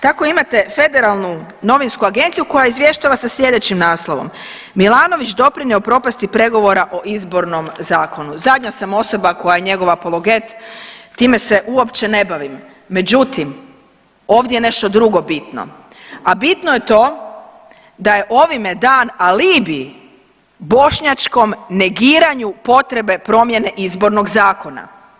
Tako imate federalnu novinsku agenciju koja izvještava sa sljedećim naslovom „Milanović doprino propasti pregovora o izbornom zakonu“, zadnja sam osoba koja je njegov apologet, time se uopće ne bavim, međutim ovdje je nešto drugo bitno, a bitno je to da je ovime dan alibi bošnjačkom negiranju potrebe promjene izbornog zakona.